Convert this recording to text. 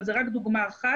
אבל זה רק דוגמא אחת.